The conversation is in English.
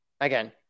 Again